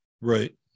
right